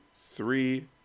three –